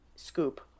Scoop